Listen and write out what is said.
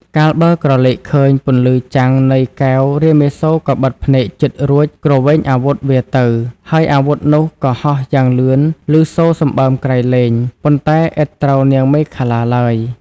កាលបើក្រឡេកឃើញពន្លឺចាំងនៃកែវ រាមាសូរក៏បិទភ្នែកជិតរួច គ្រវែងអាវុធវាទៅ ហើយអាវុធនោះក៏ហោះយ៉ាងលឿនឮសូរសម្បើមក្រៃលែង ប៉ុន្តែឥតត្រូវនាងមេខលាឡើយ។